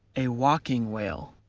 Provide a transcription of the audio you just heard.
a walking whale!